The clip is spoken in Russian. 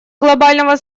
глобального